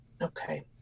Okay